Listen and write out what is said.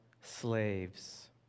slaves